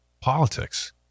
politics